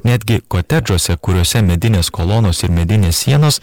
netgi kotedžuose kuriuose medinės kolonos ir medinės sienos